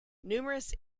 numerous